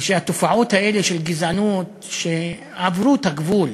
מפני שהתופעות האלה של גזענות עברו את הגבול.